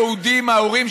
זה יהיה סדר-היום שלכם.